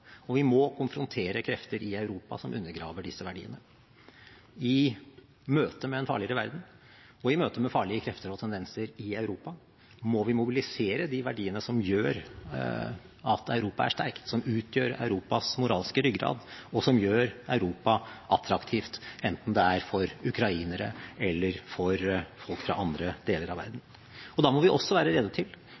Vi må konfrontere krefter i Europa som undergraver disse verdiene. I møte med en farligere verden og i møte med farlige krefter og tendenser i Europa må vi mobilisere de verdiene som gjør at Europa er sterkt, som utgjør Europas moralske ryggrad, og som gjør Europa attraktivt, enten det er for ukrainere eller for folk fra andre deler av verden. Da må vi også være rede til